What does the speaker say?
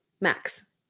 max